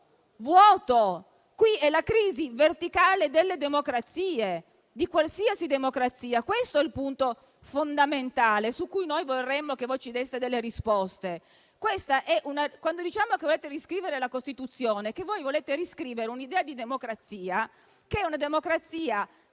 vuoto: è la crisi verticale delle democrazie, di qualsiasi democrazia. Questo è il punto fondamentale su cui noi vorremmo che ci deste delle risposte. Quando diciamo che volete riscrivere la Costituzione, intendiamo che volete riscrivere l'idea di democrazia; una democrazia che,